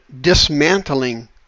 dismantling